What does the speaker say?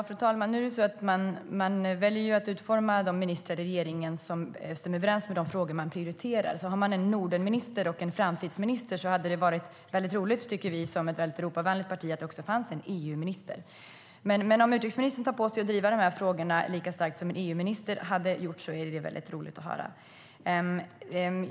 Fru talman! Nu är det så att man väljer att utforma ministerposter i regeringen i överensstämmelse med de frågor man prioriterar. Har man en Nordenminister och en framtidsminister hade vi, som är ett Europavänligt parti, tyckt att det var väldigt roligt om det också fanns en EU-minister. Om utrikesministern tar på sig att driva de här frågorna lika starkt som en EU-minister hade gjort är det dock roligt att höra.